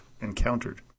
encountered